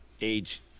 age